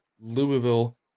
Louisville